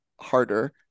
harder